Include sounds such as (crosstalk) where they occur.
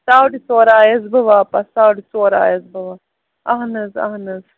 ساڑٕ ژور آیَس بہٕ واپَس ساڑٕ ژور آیَس بہٕ (unintelligible) اہن حظ اہن حظ